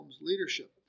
leadership